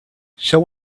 shall